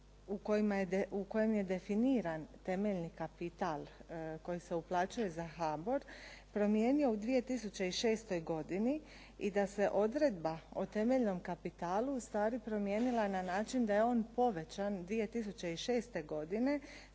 u kojem je definiran temeljni kapital koji se uplaćuje za HBOR promijenio u 2006. godini i da se odredba o temeljnom kapitalu u stvari promijenila na način da je on povećan 2006. godine